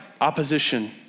opposition